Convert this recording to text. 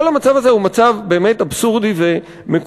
כל המצב הזה הוא באמת אבסורדי ומקולקל.